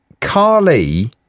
Carly